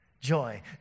Joy